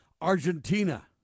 Argentina